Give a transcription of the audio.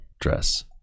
dress